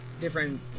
different